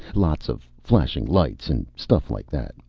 lots of flashing lights and stuff like that.